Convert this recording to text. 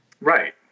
Right